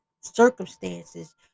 circumstances